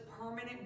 permanent